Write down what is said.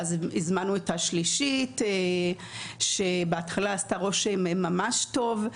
ואז הזמנו את השלישית, שבהתחלה עשתה רושם ממש טוב,